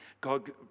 God